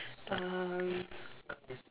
um